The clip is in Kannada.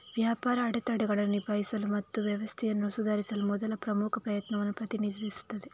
ವ್ಯಾಪಾರ ಅಡೆತಡೆಗಳನ್ನು ನಿಭಾಯಿಸಲು ಮತ್ತು ವ್ಯವಸ್ಥೆಯನ್ನು ಸುಧಾರಿಸಲು ಮೊದಲ ಪ್ರಮುಖ ಪ್ರಯತ್ನವನ್ನು ಪ್ರತಿನಿಧಿಸುತ್ತದೆ